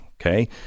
okay